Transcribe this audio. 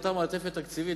באותה מעטפת תקציבית,